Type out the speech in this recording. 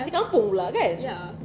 macam kampung pula kan